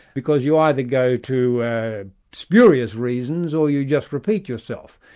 because you either go to spurious reasons or you just repeat yourself.